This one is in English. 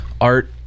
Art